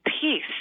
peace